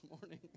morning